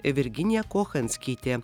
virginija kochanskytė